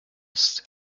ist